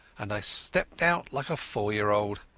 and i stepped out like a four-year-old.